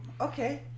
Okay